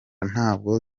ntabwo